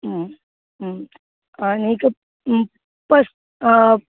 आनीक पळय